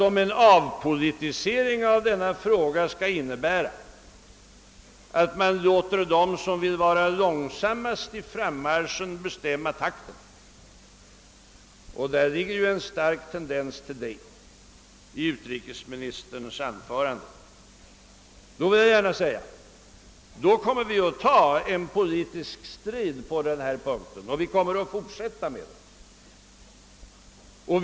Om en avpolitisering av denna fråga skall innebära, att man låter dem som vill gå långsammast fram bestämma takten — och det finns en stark tendens i den riktningen i utrikesministerns anförande — då kommer vi att ta en politisk strid på denna punkt och vi kommer att fortsätta denna strid.